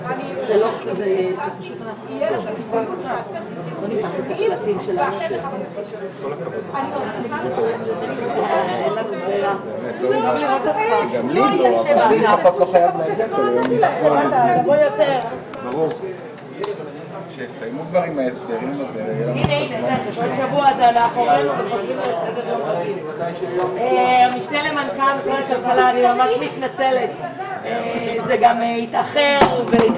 11:14.